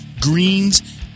greens